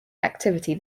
activity